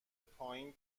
پایین